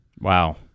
Wow